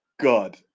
God